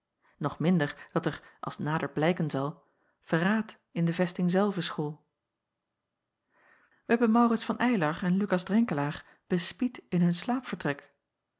nog minder dat er als nader blijken zal verraad in de vesting zelve school wij hebben maurits van eylar en lukas drenkelaer bespied in hun